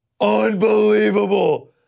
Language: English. Unbelievable